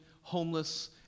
homeless